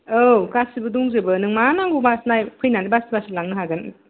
औ गासिबो दंजोबो नों मा नांगौ बासि फैनानै बासि बासि लांनो हागोन